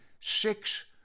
six